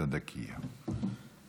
תלתה דקייקה, בבקשה.